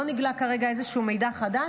לא נִגְלָה כרגע איזשהו מידע חדש.